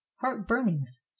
heart-burnings